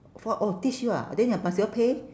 four oh teach you ah then ya must you all pay